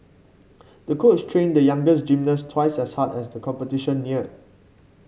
the coach trained the young gymnast twice as hard as the competition neared